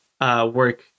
work